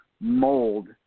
mold